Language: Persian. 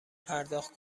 پرداخت